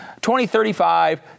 2035